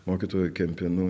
mokytoju kempinu